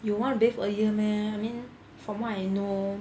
you want be bathe earlier meh I mean from what I know